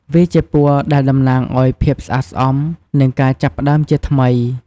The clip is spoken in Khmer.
វាជាពណ៌ដែលតំណាងឱ្យ ភាពស្អាតស្អំ និងការចាប់ផ្ដើមជាថ្មី។